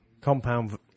Compound